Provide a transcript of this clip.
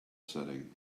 setting